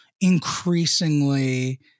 increasingly